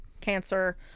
cancer